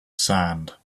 sand